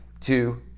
Two